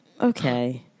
okay